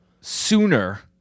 sooner